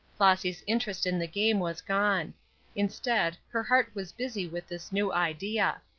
flossy's interest in the game was gone instead, her heart was busy with this new idea.